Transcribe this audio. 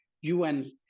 UN